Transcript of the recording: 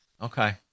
okay